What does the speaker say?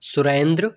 Surendra